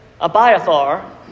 Abiathar